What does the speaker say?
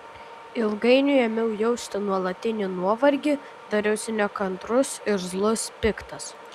ilgainiui ėmiau jausti nuolatinį nuovargį dariausi nekantrus irzlus piktas